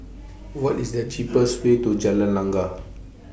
What IS The cheapest Way to Jalan Langgar